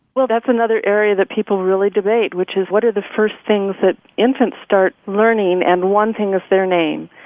well, that's another area that people really debate, which is what are the first things that infants start learning? and one thing is their name.